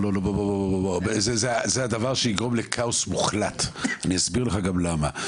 זה הדבר שיגרום לכאוס מוחלט ואני אסביר לך למה.